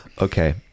okay